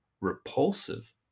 repulsive